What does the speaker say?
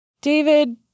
David